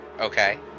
Okay